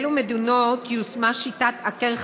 ברצוני לשאול: 1. באילו מדינות יושמה שיטת "עקר,